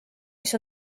mis